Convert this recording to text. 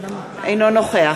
אינו נוכח